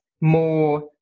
more